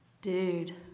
Dude